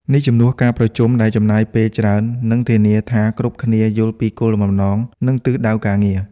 នេះជំនួសការប្រជុំដែលចំណាយពេលច្រើន និងធានាថាគ្រប់គ្នាយល់ពីគោលបំណង និងទិសដៅការងារ។